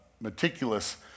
meticulous